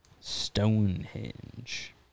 Stonehenge